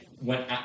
went